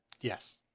yes